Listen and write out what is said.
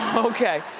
okay.